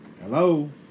Hello